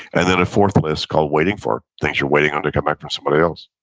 and then a fourth list called waiting for, things you're waiting on to come back for somebody else.